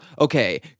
Okay